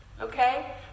Okay